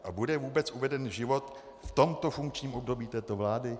A bude vůbec uveden v život v tomto funkčním období této vlády?